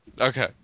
Okay